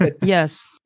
Yes